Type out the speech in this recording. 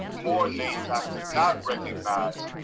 more names i could not recognize,